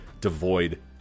devoid